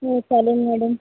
हो चालेल मॅडम